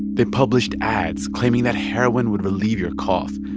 they published ads claiming that heroin would relieve your cough,